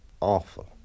awful